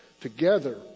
Together